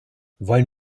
wollen